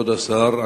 כבוד השר,